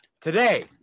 today